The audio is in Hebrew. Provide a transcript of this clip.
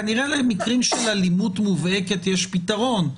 כנראה למקרים של אלימות מובהקת יש פתרון,